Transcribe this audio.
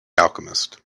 alchemist